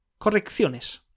correcciones